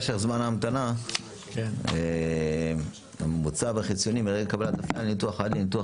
משך זמן ההמתנה הממוצע והחציוני מרגע קבלת הפניה לניתוח עד לניתוח